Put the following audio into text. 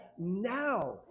now